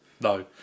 no